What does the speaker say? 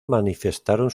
manifestaron